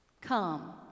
Come